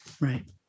Right